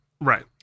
right